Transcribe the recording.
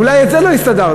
אולי בזה לא הסתדרתם.